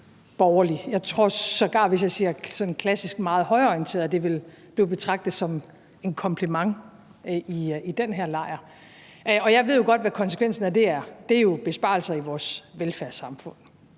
jeg tror sågar, at det, hvis jeg siger, at han er meget klassisk højreorienteret, vil blive betragtet som en kompliment i hans lejr. Og jeg ved jo godt, hvad konsekvensen af det er. Det er besparelser i vores velfærdssamfund